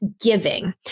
giving